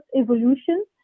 evolution